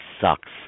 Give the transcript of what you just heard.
sucks